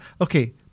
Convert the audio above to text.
Okay